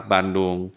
Bandung